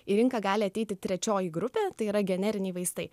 į rinką gali ateiti trečioji grupė tai yra generiniai vaistai